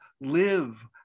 live